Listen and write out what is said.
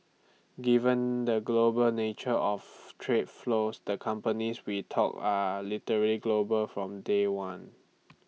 given the global nature of trade flows the companies we talk are literally global from day one